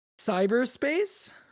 Cyberspace